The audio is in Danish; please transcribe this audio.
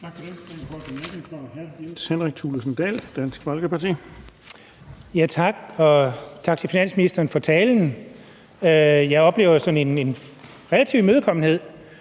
Kl. 17:13 Jens Henrik Thulesen Dahl (DF): Tak, og tak til finansministeren for talen. Jeg oplever sådan en relativ imødekommenhed,